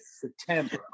September